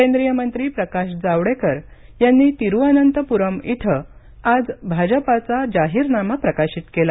केंद्रीय मंत्री प्रकाश जावडेकर यांनी तिरुअनंतपूरम् इथं आज भाजपाचा जाहीरनामा प्रकाशित केला